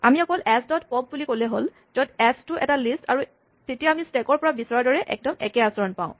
আমি অকল S dot pop বুলি ক'লেই হ'ল য'ত এচ টো এটা লিষ্ট আৰু তেতিয়া আমি স্টেকৰ পৰা বিচৰাৰ দৰে একদম একে আচৰণ পাওঁ